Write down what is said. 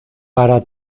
para